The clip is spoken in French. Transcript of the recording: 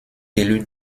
élue